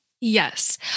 Yes